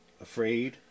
afraid